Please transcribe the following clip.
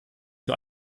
für